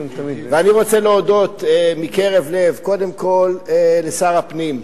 אני רוצה להודות מקרב לב, קודם כול לשר הפנים.